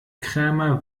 krämer